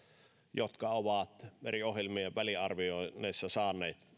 jotka ovat eri ohjelmien väliarvioinneissa saaneet